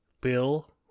Bill